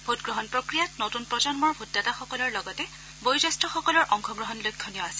ভোটগ্ৰহণ প্ৰক্ৰিয়াত নতুন প্ৰজন্মৰ ভোটদাতাসকলৰ লগতে বয়োজ্যেষ্ঠসকলৰ অংশগ্ৰহণ লক্ষ্যণীয় আছিল